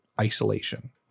isolation